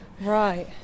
Right